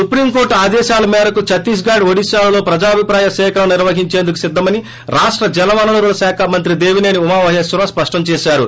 supreme కోర్లు ఆదేశాల మేరకు ఛత్తీస్గఢ్ ఒడిశాలలో ప్రజాభిప్రాయ సేకరణ నిర్వహించేందుకు సిద్దమని రాష్ట జలవనరుల శాఖ మంత్రి దేవిసేని ఉమామహేశ్వరరావు స్పష్టం చేశారు